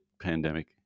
pandemic